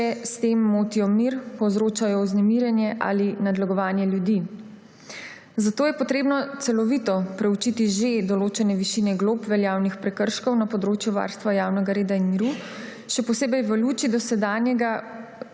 če s tem motijo mir, povzročajo vznemirjenje ali nadlegovanje ljudi. Zato je treba celovito proučiti že določene višine glob veljavnih prekrškov na področju varstva javnega reda in miru, še posebej v luči doseganja